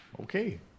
Okay